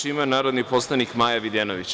Reč ima narodni poslanik Maja Videnović.